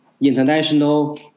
international